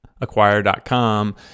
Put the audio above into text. acquire.com